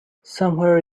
somewhere